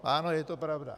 Ano, je to pravda.